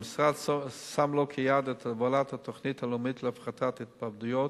המשרד שם לו כיעד את הובלת התוכנית הלאומית להפחתת התאבדויות,